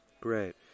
Great